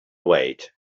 wait